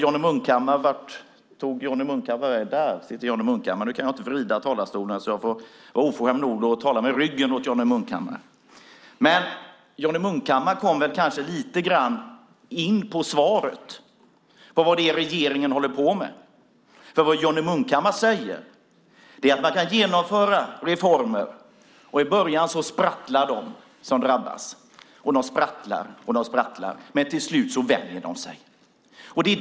Johnny Munkhammar kom kanske lite grann in på svaret när det gäller vad regeringen håller på med. Det Johnny Munkhammar säger är att man kan genomföra reformer och i början sprattlar de som drabbas, de sprattlar och de sprattlar, men till slut vänjer de sig.